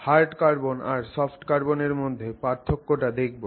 hard carbon আর soft carbon এর মধ্যে পার্থক্যটাও দেখবো